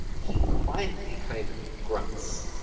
he quietly kind of grunts.